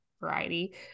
variety